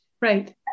Right